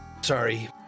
Sorry